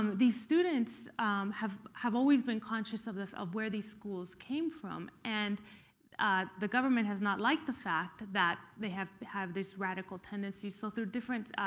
um these students have have always been conscious of of where these schools came from. and the government has not liked the fact that that they have have this radical tendency. so through different,